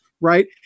right